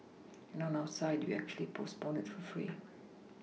and on our side we actually postpone it for free